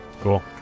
Cool